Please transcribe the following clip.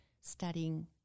studying